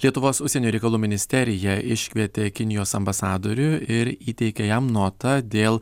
lietuvos užsienio reikalų ministerija iškvietė kinijos ambasadorių ir įteikė jam notą dėl